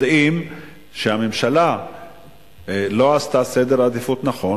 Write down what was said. יודעים שהממשלה לא עשתה סדר עדיפויות נכון